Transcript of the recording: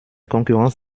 konkurrenz